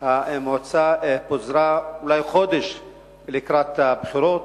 פוזרה אולי חודש לקראת הבחירות.